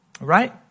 Right